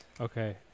Okay